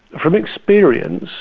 from experience,